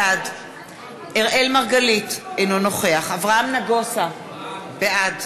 בעד אראל מרגלית, אינו נוכח אברהם נגוסה, בעד